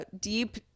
deep